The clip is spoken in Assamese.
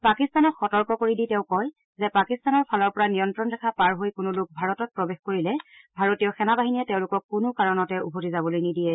পাকিস্তানক সতৰ্ক কৰি দি তেওঁ কয় যে পাকিস্তানৰ ফালৰ পৰা নিয়ন্ত্ৰণ ৰেখা পাৰ হৈ কোনো লোক ভাৰতত প্ৰৱেশ কৰিলে ভাৰতীয় সেনা বাহিনীয়ে তেওঁলোকক কোনো কাৰণতে উভতি যাবলৈ নিদিয়ে